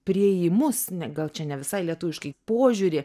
priėjimus ne gal čia ne visai lietuviškai požiūrį